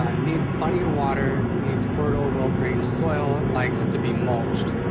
ah need plenty of water, needs fertile well-drained soil, likes to be mulched.